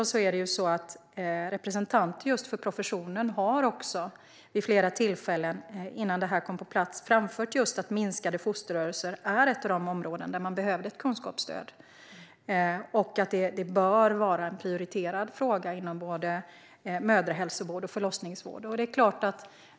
Representanter för professionen har vid flera tillfällen, innan rekommendationerna kom på plats, framfört att minskade fosterrörelser är ett av de områden där man behöver ett kunskapsstöd. Det bör vara en prioriterad fråga inom både mödrahälsovård och förlossningsvård.